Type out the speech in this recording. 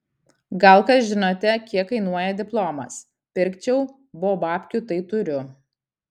gal kas žinote kiek kainuoja diplomas pirkčiau bo babkių tai turiu